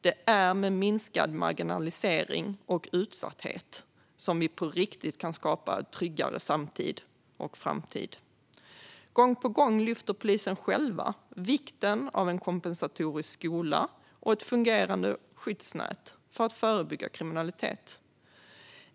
Det är med minskad marginalisering och utsatthet som vi på riktigt kan skapa en tryggare samtid och framtid. Gång på gång lyfter polisen själva fram vikten av en kompensatorisk skola och ett fungerande skyddsnät för att förebygga kriminalitet.